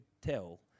tell